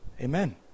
amen